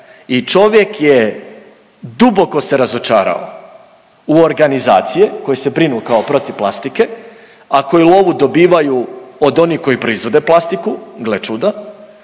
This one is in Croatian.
I čovjek je duboko se razočarao u organizacije koje se brinu kao protiv plastike, a koje lovu dobivaju od onih koji proizvode plastiku. Gle čuda.